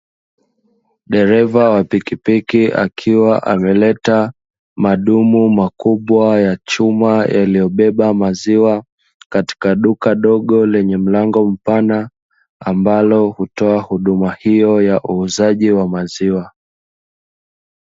Dereva wa pikipiki, akiwa ameleta madumu makubwa ya chuma yaliyobeba maziwa, katika duka dogo lenye mlango mpana, ambalo hutoa huduma hiyo ya uuzaji wa maziwa.